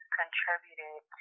contributed